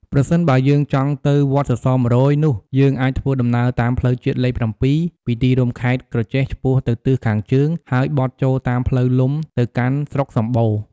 ប្រសិនបើយើងចង់ទៅវត្តសសរ ១០០ នោះយើងអាចធ្វើដំណើរតាមផ្លូវជាតិលេខ ៧ ពីទីរួមខេត្តក្រចេះឆ្ពោះទៅទិសខាងជើង ហើយបត់ចូលតាមផ្លូវលំទៅកាន់ស្រុកសំបូរ ។